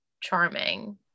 charming